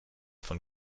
von